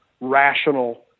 rational